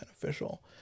beneficial